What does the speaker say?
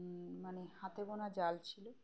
মানে হাতে বোনা জাল ছিল